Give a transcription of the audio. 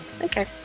Okay